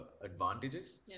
advantages